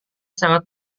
sangat